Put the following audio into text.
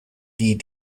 die